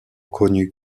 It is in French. connue